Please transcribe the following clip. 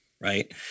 right